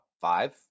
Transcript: five